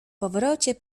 powrocie